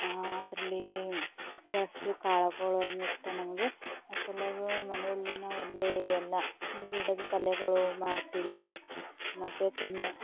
ಅದರಲ್ಲಿ ಜಾಸ್ತಿ ಕಾಳುಗಳು ಇಷ್ಟ ನಮಗೆ ಅದ್ರ ಸಲುವಾಗಿ ಮನೆಯಲ್ಲಿ ನಾವು ಅಲ್ಲಿ ಎಲ್ಲ ಗಿಡದ ಪಲ್ಯಗಳು ಮಾಡ್ತೀವಿ ಮತ್ತೆ ತುಂಬ